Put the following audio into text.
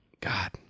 God